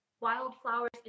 wildflowers